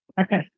Okay